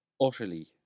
utterly